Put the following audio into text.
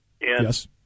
Yes